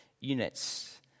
units